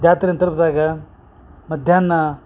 ಜಾತ್ರೆನ ತಲ್ಪ್ದಾಗ ಮಧ್ಯಾಹ್ನ